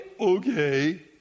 Okay